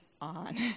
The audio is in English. on